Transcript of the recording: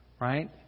Right